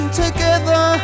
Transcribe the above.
together